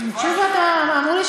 יש עדיין בעיה גם אצל תשובה.